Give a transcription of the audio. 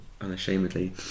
unashamedly